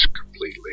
completely